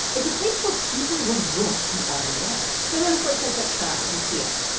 it's a place where people will look the other way so manafort sets up shop in kiev.